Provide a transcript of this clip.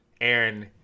Aaron